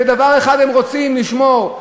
שדבר אחד הם רוצים לשמור,